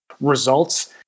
results